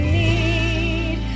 need